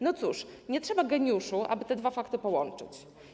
No cóż, nie trzeba geniuszu, aby te dwa fakty połączyć.